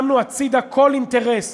שמנו הצדה כל אינטרס